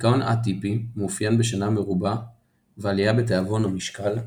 דכאון א-טיפי מאופיין בשינה מרובה & עלייה בתאבון\משקל,